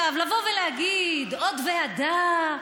לבוא להגיד: עוד ועדה?